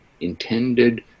intended